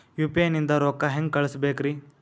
UPI ನಿಂದ ರೊಕ್ಕ ಹೆಂಗ ಕಳಸಬೇಕ್ರಿ?